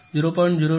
02 ने 0